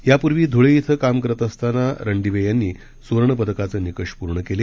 यापूर्वी ध्ळे इथं काम करत असताना रणदिवे यांनी सुवर्ण पदकाचे निकष पूर्ण केले